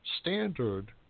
standard